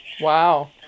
Wow